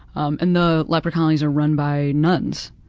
um and the leper colonies are run by nuns,